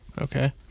Okay